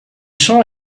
saw